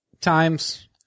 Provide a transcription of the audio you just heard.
Times